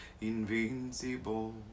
invincible